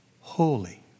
holy